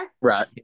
Right